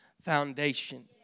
foundation